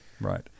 right